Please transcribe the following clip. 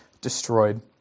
destroyed